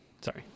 Sorry